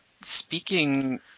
Speaking